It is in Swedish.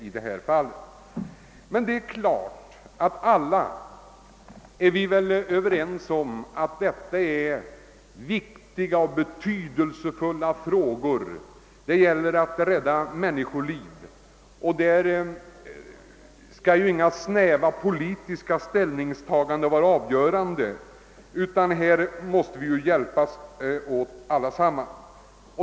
Alla är vi emellertid ense om att vi här har att göra med mycket viktiga och betydelsefulla frågor. Det gäller ju att rädda människoliv. Då får inga snäva politiska ställningstaganden vara avgörande. Vi måste där alla hjälpas åt.